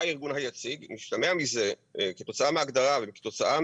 הארגון היציג משתמע מזה כתוצאה מההגדרה וכתוצאה